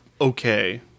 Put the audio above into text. okay